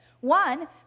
One